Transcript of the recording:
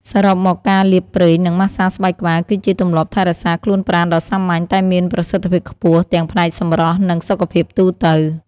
សរុបមក ការលាបប្រេង និងម៉ាស្សាស្បែកក្បាល គឺជាទម្លាប់ថែរក្សាខ្លួនប្រាណដ៏សាមញ្ញ តែមានប្រសិទ្ធភាពខ្ពស់ទាំងផ្នែកសម្រស់ និងសុខភាពទូទៅ។